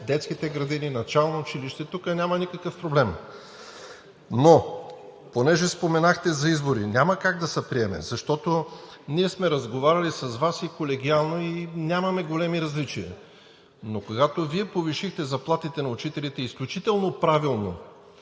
детските градини, началното училище. Тук няма никакъв проблем. Понеже споменахте обаче за избори. Няма как да се приеме, защото ние сме разговаряли с Вас колегиално и нямаме големи различия. Когато Вие повишихте заплатите на учителите, изключително правилно,